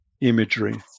imagery